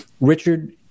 Richard